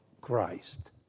Christ